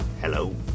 Hello